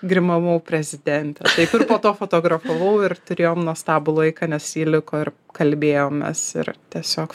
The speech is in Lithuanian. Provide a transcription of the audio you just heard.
grimavau prezidentę ir po to fotografavau ir turėjom nuostabų laiką nes ji liko ir kalbėjomės ir tiesiog